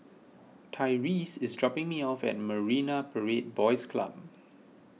Tyreese is dropping me off at Marine Parade Boys Club